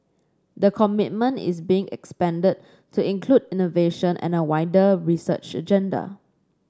the commitment is being expanded to include innovation and a wider research agenda